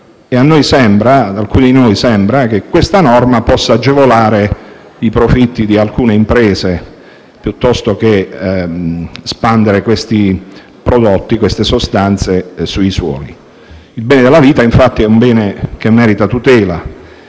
indietro e ad alcuni di noi sembra che questa norma possa agevolare i profitti di alcune imprese, facendo spandere questi prodotti e queste sostanze sui suoli. Il bene della vita, infatti, merita tutela